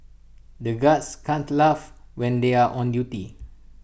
the guards can't laugh when they are on duty